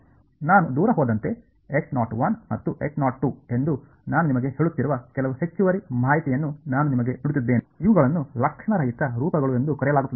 ನಾನು ದೂರ ಹೋದಂತೆ ಮತ್ತು ಎಂದು ನಾನು ನಿಮಗೆ ಹೇಳುತ್ತಿರುವ ಕೆಲವು ಹೆಚ್ಚುವರಿ ಮಾಹಿತಿಯನ್ನು ನಾನು ನಿಮಗೆ ನೀಡುತ್ತಿದ್ದೇನೆ ಇವುಗಳನ್ನು ಲಕ್ಷಣರಹಿತ ರೂಪಗಳು ಎಂದು ಕರೆಯಲಾಗುತ್ತದೆ